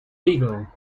beagle